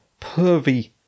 pervy